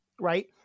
right